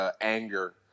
anger